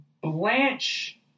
Blanche